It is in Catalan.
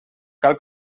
cal